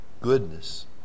goodness